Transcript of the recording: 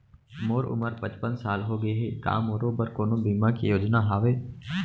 मोर उमर पचपन साल होगे हे, का मोरो बर कोनो बीमा के योजना हावे?